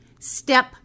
Step